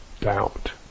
doubt